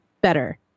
better